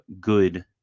good